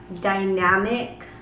dynamic